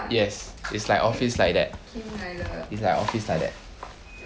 yes it's like office like that it's like office like that